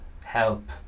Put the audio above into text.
help